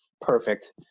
perfect